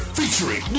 featuring